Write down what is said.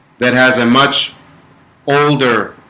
that? has a much older